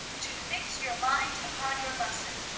to fix your mind upon your lesson,